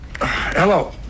Hello